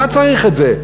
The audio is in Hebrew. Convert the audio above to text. למה צריך את זה?